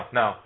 no